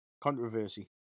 Controversy